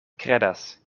kredas